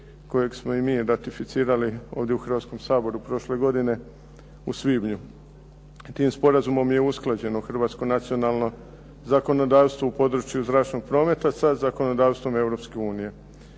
kojeg smo i mi ratificirali ovdje u Hrvatskom saboru prošle godine u svibnju. Tim sporazumom je usklađeno Hrvatsko nacionalno zakonodavstvo u području zračnog prometa za zakonodavstvom Europske unije.